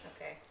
Okay